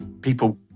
people